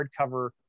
hardcover